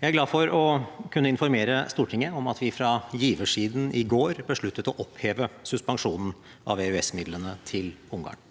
Jeg er glad for å kunne informere Stortinget om at vi fra giversiden i går besluttet å oppheve suspensjonen av EØSmidlene til Ungarn.